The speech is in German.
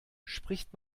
spricht